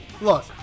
Look